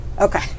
Okay